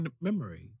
memory